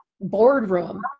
boardroom